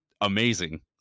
amazing